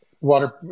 water